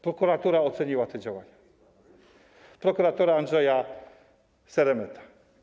Prokuratura oceniła te działania, prokuratura Andrzeja Seremeta.